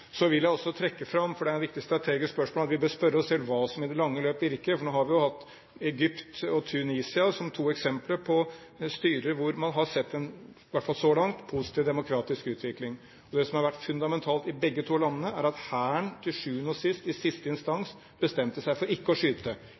Så vil jeg også trekke fram – for det er et viktig strategisk spørsmål – at vi bør spørre oss selv om hva som i det lange løp virker. Nå har vi hatt Egypt og Tunisia som to eksempler på styrer der man i hvert fall så langt har sett en positiv demokratisk utvikling. Det som har vært fundamentalt i begge landene, er at hæren til syvende og sist, i siste instans, bestemte seg for ikke å skyte,